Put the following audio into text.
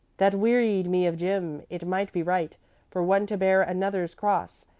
that wearied me of jim. it may be right for one to bear another's cross,